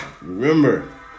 Remember